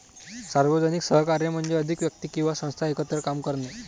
सार्वजनिक सहकार्य म्हणजे अधिक व्यक्ती किंवा संस्था एकत्र काम करणे